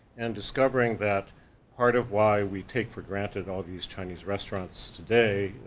and discovering that part of why we take for granted all these chinese restaurants today,